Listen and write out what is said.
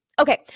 Okay